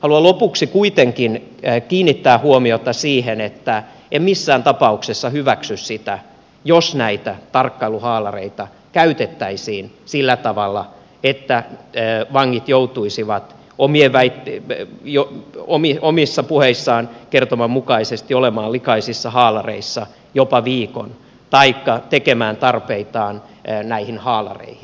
haluan lopuksi kuitenkin kiinnittää huomiota siihen että en missään tapauksessa hyväksy sitä jos näitä tarkkailuhaalareita käytettäisiin sillä tavalla että vangit joutuisivat omien kaikki te jo omiin omissa puheidensa kertomansa mukaisesti olemaan likaisissa haalareissa jopa viikon taikka tekemään tarpeitaan näihin haalareihin